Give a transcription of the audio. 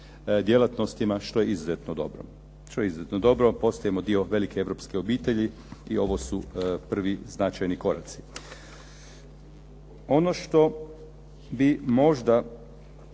djelatnostima, što je izuzetno dobro. To je izuzetno dobro, postajemo dio velike europske obitelji i ovo su prvi značajni koraci. Ono što bi možda